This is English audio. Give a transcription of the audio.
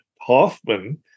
Hoffman